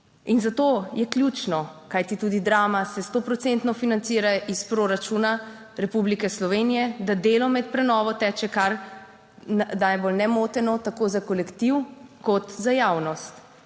In zato je ključno, kajti tudi drama se sto procentno financira iz proračuna Republike Slovenije, da delo med prenovo teče kar najbolj nemoteno, tako za kolektiv kot za javnost.